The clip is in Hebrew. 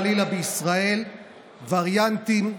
לעשות כל מה שצריך כדי שלא יתפשטו חלילה בישראל וריאנטים,